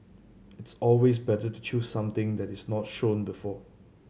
it's always better to choose something that is not shown before